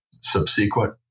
subsequent